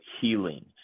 healing